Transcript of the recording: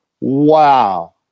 wow